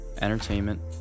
entertainment